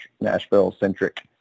Nashville-centric